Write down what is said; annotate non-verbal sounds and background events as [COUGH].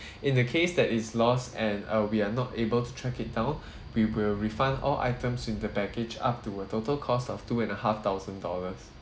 [BREATH] in the case that it's lost and uh we are not able to track it down [BREATH] we will refund all items in the baggage up to a total cost of two and a half thousand dollars